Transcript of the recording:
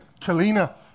Kalina